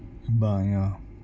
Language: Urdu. بایاں